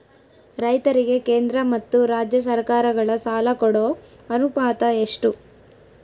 ರೈತರಿಗೆ ಕೇಂದ್ರ ಮತ್ತು ರಾಜ್ಯ ಸರಕಾರಗಳ ಸಾಲ ಕೊಡೋ ಅನುಪಾತ ಎಷ್ಟು?